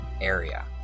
area